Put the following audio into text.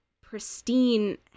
pristine